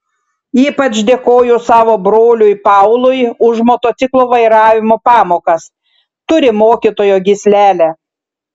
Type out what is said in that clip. ypač dėkoju savo broliui paului už motociklo vairavimo pamokas turi mokytojo gyslelę